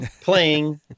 playing